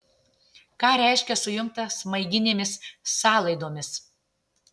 ką reiškia sujungta smaiginėmis sąlaidomis